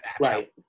Right